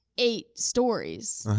eight stories.